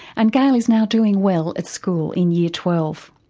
and gail is now doing well at school in year twelve.